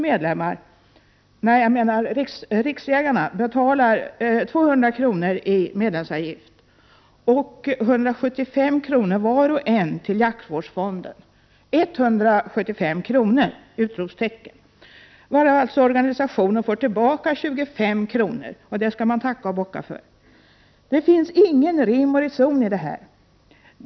Medlemmarna betalar 200 kr. i medlemsavgift och 175 kr. till jaktvårdsfonden. 175 kr.! Av dessa får organisationen tillbaka 25 kr., och det skall man tacka och bocka för! Det finns ingen rim och reson i detta.